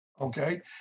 okay